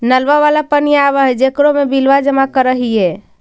नलवा वाला पनिया आव है जेकरो मे बिलवा जमा करहिऐ?